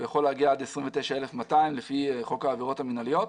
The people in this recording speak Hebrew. הוא יכול להגיע עד 29,200 שקלים לפי חוק העבירות המינהליות.